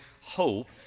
hope